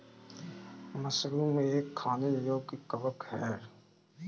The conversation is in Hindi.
मशरूम एक खाने योग्य कवक है